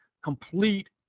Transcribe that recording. complete